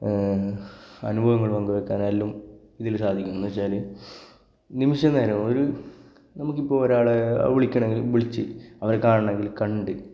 അനുഭവങ്ങള് പങ്കുവെക്കാനായാലും ഇതിൽ സാധിക്കുന്നു എന്നു വെച്ചാൽ നിമിഷനേരം ഒരു നമുക്കിപ്പോൾ ഒരാളെ വിളിക്കണമെങ്കിൽ വിളിച്ച് അവരെ കാണണമെങ്കില് കണ്ട്